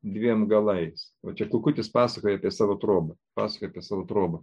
dviem galais va čia kukutis pasakoja apie savo trobą pasakoja apie savo trobą